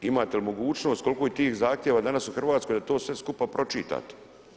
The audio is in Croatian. Imate li mogućnost koliko je tih zahtjeva danas u Hrvatskoj da to sve skupa pročitate.